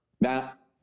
Matt